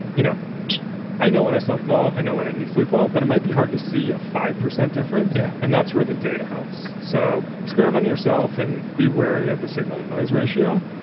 you know i know when i slept well. i know when i didn't sleep well, but it might be hard to see a five percent difference yeah and that's where the data helps, so experiment on yourself and be wary of the signal-tonoise ratio.